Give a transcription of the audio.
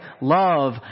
love